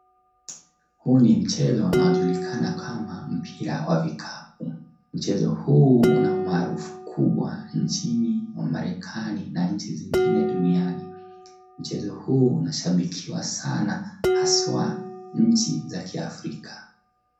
Huu ni mchezo unaojulikana kama mpira wa vikapu. Mchezo huu una umaarufu mkubwa nchini Amerikani na nchi zingine duniani . Mchezo huu unashabikiwa sana haswa nchi za kiafrika.